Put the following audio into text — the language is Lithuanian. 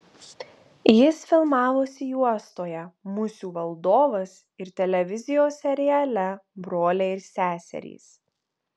jis filmavosi juostoje musių valdovas ir televizijos seriale broliai ir seserys